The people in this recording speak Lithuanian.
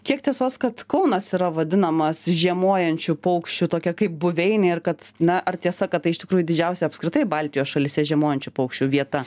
kiek tiesos kad kaunas yra vadinamas žiemojančių paukščių tokia kaip buveinė ir kad na ar tiesa kad tai iš tikrųjų didžiausia apskritai baltijos šalyse žiemojančių paukščių vieta